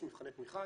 יש מבחני תמיכה,